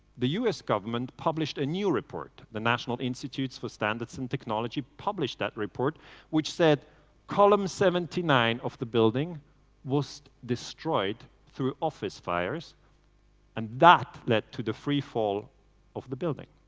the us government published a new report. the national institute for standards and technology published that report which said column seventy nine of the building was destroyed through office fires and that led to the free fall of the building.